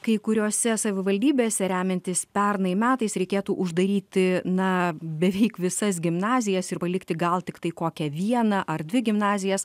kai kuriose savivaldybėse remiantis pernai metais reikėtų uždaryti na beveik visas gimnazijas ir palikti gal tiktai kokią vieną ar dvi gimnazijas